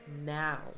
now